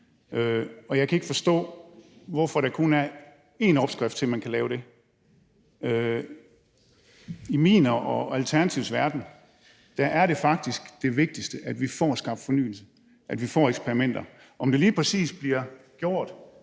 Jeg kan ikke forstå, hvorfor der kun er én opskrift på, hvordan man kan lave det. I min og Alternativets verden er det vigtigste faktisk, at vi får skabt fornyelse, at vi får eksperimenter. Om det lige præcis bliver gjort